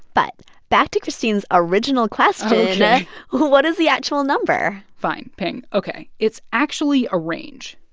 but back to christine's original question ok what is the actual number? fine, pien. ok, it's actually a range.